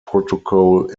protocol